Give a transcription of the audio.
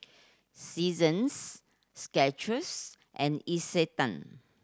Seasons Skechers and Isetan